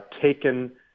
taken